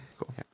cool